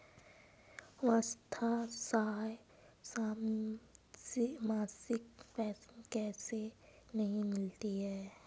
वृद्धावस्था या असहाय मासिक पेंशन किसे नहीं मिलती है?